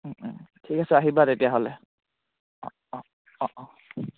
ঠিক আছে আহিবা তেতিয়াহ'লে অঁ অঁ অঁ অঁ